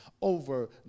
Over